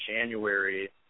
January